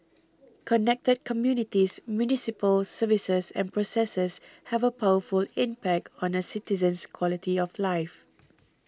connected communities municipal services and processes have a powerful impact on a citizen's quality of life